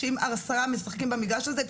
שאם עשרה משחקים במגרש הזה,